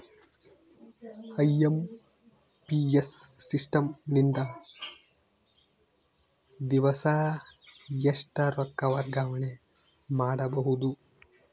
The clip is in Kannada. ಐ.ಎಂ.ಪಿ.ಎಸ್ ಸಿಸ್ಟಮ್ ನಿಂದ ದಿವಸಾ ಎಷ್ಟ ರೊಕ್ಕ ವರ್ಗಾವಣೆ ಮಾಡಬಹುದು?